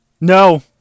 No